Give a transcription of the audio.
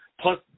Plus